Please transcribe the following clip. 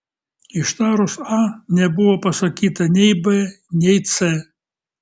ištarus a nebuvo pasakyta nei b nei c